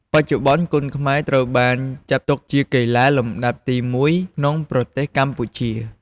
បច្ចុប្បន្ន គុនខ្មែរត្រូវបានចាត់ទុកជាកីឡាលំដាប់ទីមួយក្នុងប្រទេសកម្ពុជា។